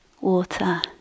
water